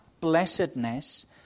blessedness